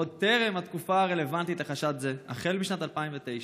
עוד טרם התקופה הרלוונטית לחשד זה, החל משנת 2009,